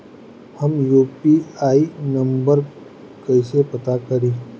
हम UPI number कइसे पता करी?